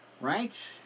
Right